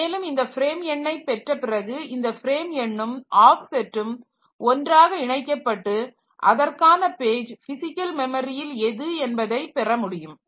மேலும் இந்த ஃப்ரேம் எண்ணை பெற்ற பிறகு இந்த ஃப்ரேம் எண்ணும் ஆப்செட்டும் ஒன்றாக இணைக்கப்பட்டு அதற்கான பேஜ் பிஸிக்கல் மெமரியில் எது என்பதை பெறமுடியும்